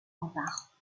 remparts